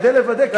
כדי לוודא.